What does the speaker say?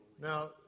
Now